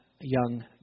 young